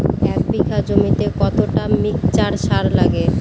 এক বিঘা জমিতে কতটা মিক্সচার সার লাগে?